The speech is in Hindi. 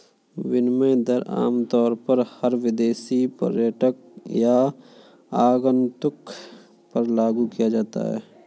विनिमय दर आमतौर पर हर विदेशी पर्यटक या आगन्तुक पर लागू किया जाता है